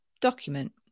document